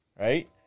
right